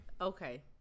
Okay